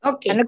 Okay